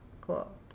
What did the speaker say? cool